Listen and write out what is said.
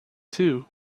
too